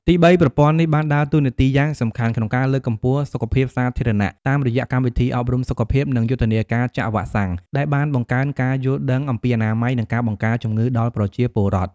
ទីបីប្រព័ន្ធនេះបានដើរតួនាទីយ៉ាងសំខាន់ក្នុងការលើកកម្ពស់សុខភាពសាធារណៈ តាមរយៈកម្មវិធីអប់រំសុខភាព និងយុទ្ធនាការចាក់វ៉ាក់សាំង ដែលបានបង្កើនការយល់ដឹងអំពីអនាម័យ និងការបង្ការជំងឺដល់ប្រជាពលរដ្ឋ។